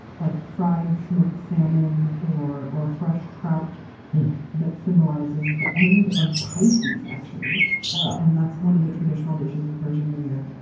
like fried smoked salmon or or fresh trout that symbolizes the end of pisces actually wow! and that's one of the traditional dishes of persian new year.